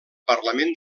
parlament